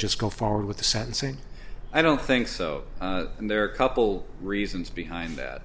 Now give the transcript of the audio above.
just go forward with the sentencing i don't think so and there are a couple reasons behind that